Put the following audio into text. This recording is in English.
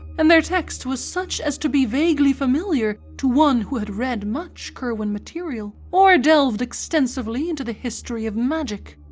and their text was such as to be vaguely familiar to one who had read much curwen material or delved extensively into the history of magic.